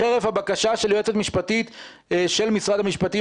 חרף הבקשה של יועצת משפטית של משרד המשפטים